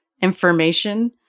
information